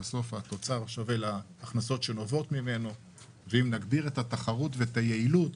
אם נגביר את התחרות ואת ההתייעלות